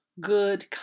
good